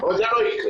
אבל זה לא יקרה.